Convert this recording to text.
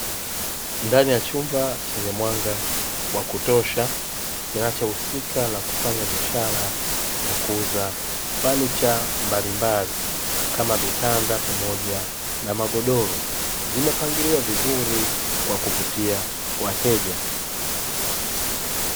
Ndani ya chumba chenye mwanga wa kutosha kinachohusika, na kufanya biashara ya kuuza fanicha mbalimbali kama vitanda pamoja na magodoro. Zimepangiliwa vizuri kwa kuvutia wateja.